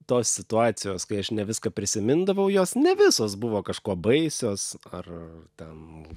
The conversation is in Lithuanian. tos situacijos kai aš ne viską prisimindavau jos ne visos buvo kažkuo baisios ar ten